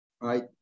right